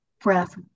breath